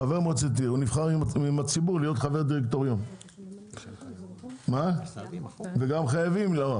חבר מועצת עיר הוא נבחר מהציבור להיות חבר דירקטוריון וגם חייבים לא,